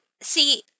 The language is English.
see